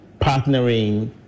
partnering